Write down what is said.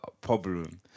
problem